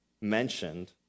mentioned